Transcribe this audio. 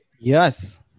Yes